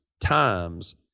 times